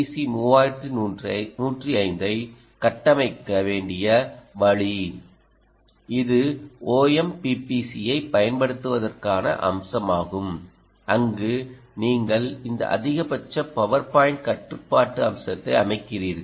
C 3105 ஐ கட்டமைக்க வேண்டிய வழி இது OMPPC ஐப் பயன்படுத்துவதற்கான அம்சமாகும் அங்கு நீங்கள் இந்த அதிகபட்ச பவர் பாயிண்ட் கட்டுப்பாட்டு அம்சத்தை அமைக்கிறீர்கள்